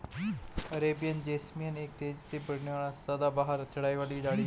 Arabian jasmine एक तेजी से बढ़ने वाली सदाबहार चढ़ाई वाली झाड़ी है